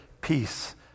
peace